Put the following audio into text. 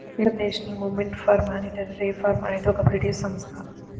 international movement for monetary reform అనేది ఒక British సంస్థ